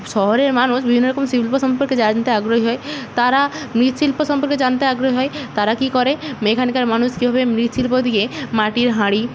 শহরের মানুষ বিভিন্ন রকম শিল্প সম্পর্কে জানতে আগ্রহী হয় তারা মৃৎশিল্প সম্পর্কে জানতে আগ্রহী হয় তারা কী করে এখানকার মানুষ কীভাবে মৃৎশিল্প দিয়ে মাটির হাঁড়ি